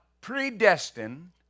predestined